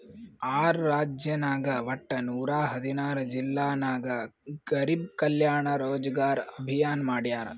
R ರಾಜ್ಯನಾಗ್ ವಟ್ಟ ನೂರಾ ಹದಿನಾರ್ ಜಿಲ್ಲಾ ನಾಗ್ ಗರಿಬ್ ಕಲ್ಯಾಣ ರೋಜಗಾರ್ ಅಭಿಯಾನ್ ಮಾಡ್ಯಾರ್